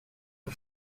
who